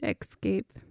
Escape